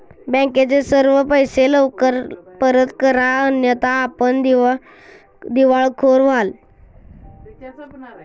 बँकेचे सर्व पैसे लवकर परत करा अन्यथा आपण दिवाळखोर व्हाल